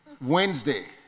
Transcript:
Wednesday